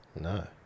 No